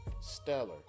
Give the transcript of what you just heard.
Stellar